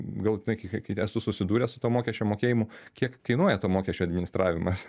galutinai kai kai esu susidūręs su tuo mokesčio mokėjimu kiek kainuoja to mokesčio administravimas